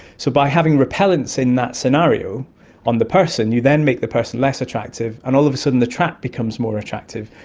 so by having repellents in that scenario on the person, you then make the person less attractive and all of a sudden the trap becomes more attractive,